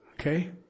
Okay